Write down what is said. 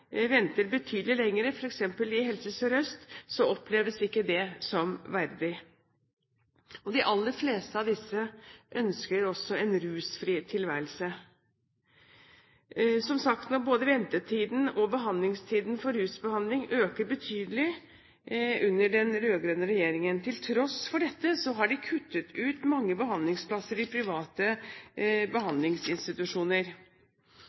venter betydelig lenger, f.eks. i Helse Sør-Øst – oppleves ikke det som verdig. De aller fleste av disse ønsker også en rusfri tilværelse. Som sagt øker både ventetiden og behandlingstiden for rusbehandling betydelig under den rød-grønne regjeringen. Til tross for dette har de kuttet ut mange behandlingsplasser i private